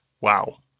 Wow